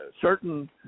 certain